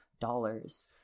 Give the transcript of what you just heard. dollars